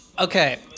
Okay